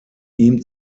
ihm